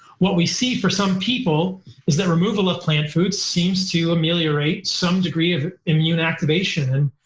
what we see for some people is that removal of plant foods seems to ameliorate some degree of immune activation.